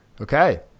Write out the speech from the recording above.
Okay